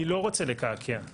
אני לא רוצה לקרקע,